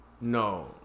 No